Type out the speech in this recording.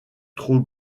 trop